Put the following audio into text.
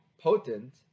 potent